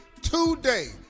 today